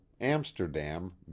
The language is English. Amsterdam